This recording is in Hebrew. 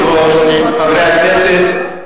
אדוני היושב-ראש, חברי הכנסת,